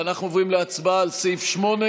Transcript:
ואנחנו עוברים להצבעה על סעיף 8,